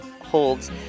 holds